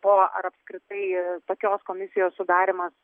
po ar apskritai tokios komisijos sudarymas